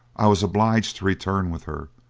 i was obliged to return with her,